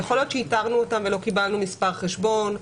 יכול להיות שאיתרנו אותם ולא קיבלנו מספר חשבון,